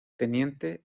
teniente